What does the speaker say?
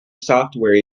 software